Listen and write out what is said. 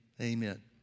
amen